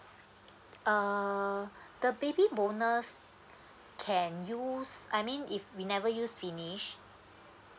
uh the baby bonus can use I mean if we never use finish